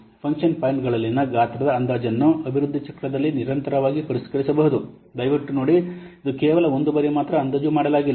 function ಪಾಯಿಂಟ್ಗಳಲ್ಲಿನ ಗಾತ್ರದ ಅಂದಾಜನ್ನು ಅಭಿವೃದ್ಧಿ ಚಕ್ರದಲ್ಲಿ ನಿರಂತರವಾಗಿ ಪರಿಷ್ಕರಿಸಬಹುದು ದಯವಿಟ್ಟು ನೋಡಿ ಇದು ಕೇವಲ ಒಂದು ಬಾರಿ ಮಾತ್ರ ಅಂದಾಜು ಮಾಡಲಾಗಿಲ್ಲ